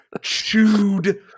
chewed